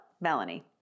Melanie